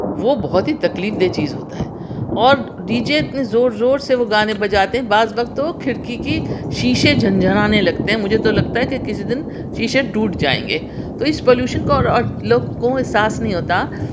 وہ بہت ہی تکلیف دہ چیز ہوتا ہے اور ڈی جے اتنی زور زور سے وہ گانے بجاتے ہیں بعض وقت تو وہ کھڑکی کی شیشے جھنجھنانے لگتے ہیں مجھے تو لگتا ہے کہ کسی دن شیشے ٹوٹ جایئں گے تو اس پولیوشن کو اور لوگ کو احساس نہیں ہوتا